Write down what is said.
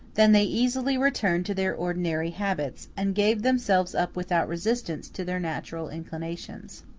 than they easily returned to their ordinary habits, and gave themselves up without resistance to their natural inclinations.